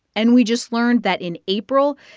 and we just learned that, in april,